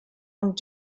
und